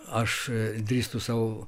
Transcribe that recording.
aš drįstu sau